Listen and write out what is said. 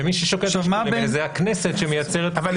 ומי ששוקל את השיקולים האלה זה הכנסת שמייצרת --- היא